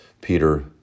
Peter